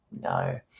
no